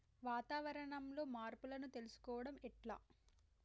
వాతావరణంలో మార్పులను తెలుసుకోవడం ఎట్ల?